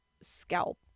scalp